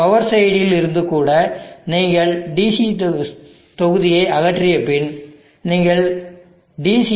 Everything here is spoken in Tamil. பவர் சைடில் இருந்து கூட நீங்கள் DC தொகுதியை அகற்றிய பின் நீங்கள் DC